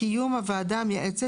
קיום הוועדה המייעצת,